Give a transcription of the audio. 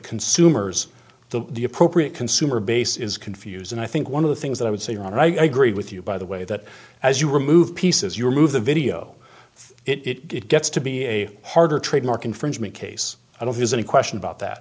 consumers the the appropriate consumer base is confused and i think one of the things that i would say ron and i agree with you by the way that as you remove pieces your move the video it gets to be a harder trademark infringement case of is any question about that